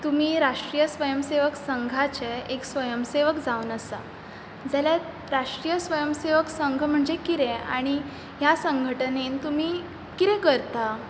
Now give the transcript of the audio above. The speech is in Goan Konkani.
तुमी राष्ट्रीय स्वयं सेवक संघाचे एक स्वयंम सेवक जावन आसात जाल्यार राष्ट्रीय स्वयं सेवक संघ म्हणजें कितें आनी ह्या संघटनेंत तुमी कितें करतात